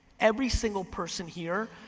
every single person here,